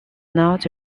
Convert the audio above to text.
not